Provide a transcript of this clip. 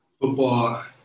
Football